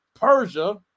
Persia